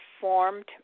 formed